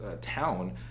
town